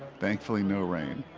thankfully no rain.